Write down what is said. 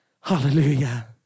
Hallelujah